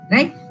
Right